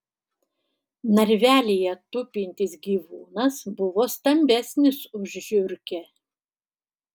narvelyje tupintis gyvūnas buvo stambesnis už žiurkę